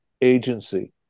agency